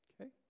okay